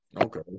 Okay